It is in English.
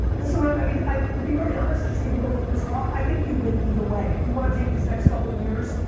listen, ren, i mean to be very honest, just even going through this talk i think you win either way. if you want to take these next couple years,